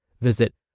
Visit